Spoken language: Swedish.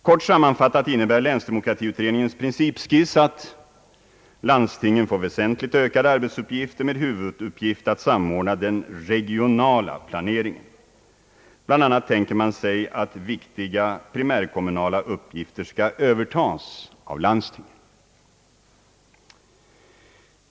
Kort sammanfattat innebär länsdemokratiutredningens principskiss att landstingen får väsentligt ökade arbetsuppgifter, med huvuduppgift att samordna den regionala planeringen. Bl. a. tänker man sig att viktiga primärkommunala uppgifter skall övertas av landstingen.